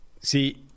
See